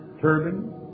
Turban